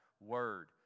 word